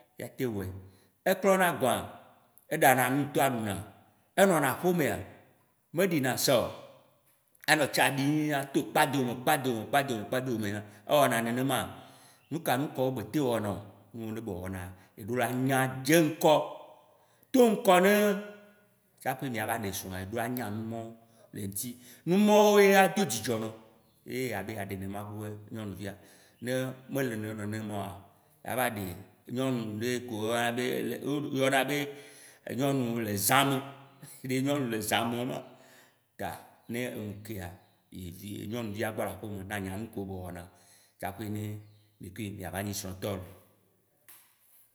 Ya teŋ wɔe, eklɔna agbã? Eɖana nu tɔa ɖuna? Enɔna axomea, meɖina sao? Anɔ tsa ɖim ato kpadome kpadomea, ewɔna nenema? Nuka nukawo be tem wɔnao? Nuyiwo ne be wɔna, eɖo la nya dze ŋkɔ. Do ŋkɔ ne, tsaƒe mìava ɖe srɔ̃ eɖo la nya numɔwo le eŋuti. Nu mɔwo ye ado dzidzɔ nɔ, ye abe yea ɖe nenema ƒe nyɔnuvia. Ne mele eme nɔ nenema oa, ya va ɖe nyɔnu ɖe ke wo yɔna be nyɔnu le zã me. Ta ne nu kea, yi nyɔnuvia gbɔ le aƒeme, ya nye nukewo be wɔna tsaƒe ne mì kui mìava nye esrɔ̃tɔ loo.